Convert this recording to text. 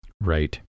Right